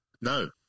No